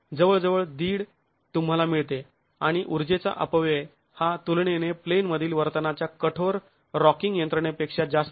जवळ जवळ दीड तुम्हाला मिळते आणि ऊर्जेचा अपव्यय हा तुलनेने प्लेन मधील वर्तनाच्या कठोर रॉकिंग यंत्रणे पेक्षा जास्त आहे